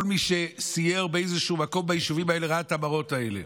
כל מי שסייר באיזשהו מקום ביישובים האלה ראה את המראות האלה.